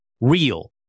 real